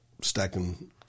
stacking